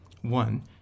One